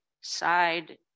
side